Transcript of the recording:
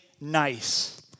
nice